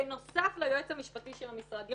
בנוסף ליועץ המשפטי של המשרד,